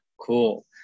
cool